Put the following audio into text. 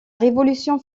révolution